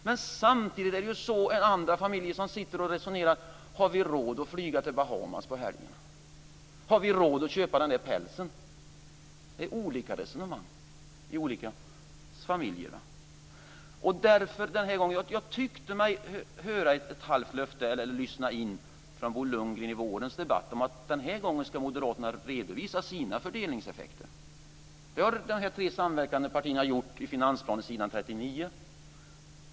Men samtidigt sitter andra familjer och resonerar om de har råd att flyga till Bahamas på helgen, om de har råd att köpa en päls. Det är olika resonemang i olika familjer. Jag tyckte mig höra ett halvt löfte från Bo Lundgren i vårens debatt om att moderaterna den här gången ska redovisa sina fördelningseffekter. Det har de tre samverkande partierna gjort i finansplanen, s. 39.